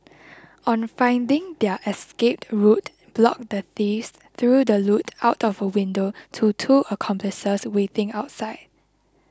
on finding their escape route blocked the thieves threw the loot out of a window to two accomplices waiting outside